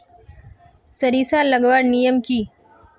सरिसा लगवार नियम की?